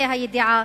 בה"א הידיעה,